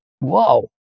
Wow